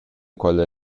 quella